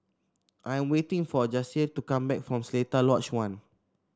I am waiting for Jase to come back from Seletar Lodge One